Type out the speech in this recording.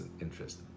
interest